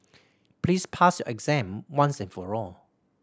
please pass your exam once and for all